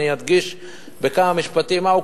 ואני אדגיש בכמה משפטים מהו,